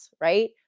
right